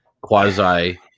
quasi-